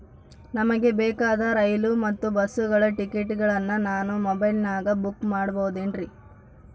ನಮಗೆ ಬೇಕಾದ ರೈಲು ಮತ್ತ ಬಸ್ಸುಗಳ ಟಿಕೆಟುಗಳನ್ನ ನಾನು ಮೊಬೈಲಿನಾಗ ಬುಕ್ ಮಾಡಬಹುದೇನ್ರಿ?